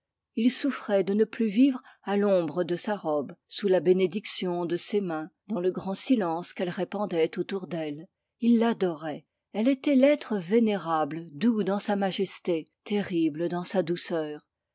il souffrait de ne plus vivre à l'ombre de sa robe sous la bénédiction de ses mains dans le grand silence qu'elle répandait autour d'elle il l'adorait elle était l'être vénérable doux dans sa majesté terrible dans sa douceur